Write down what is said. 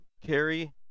Carrie